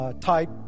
type